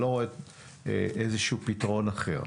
אני לא רואה איזשהו פתרון אחר.